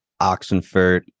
Oxenfurt